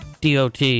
DOT